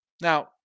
Now